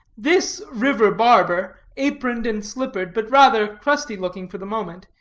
this river barber, aproned and slippered, but rather crusty-looking for the moment,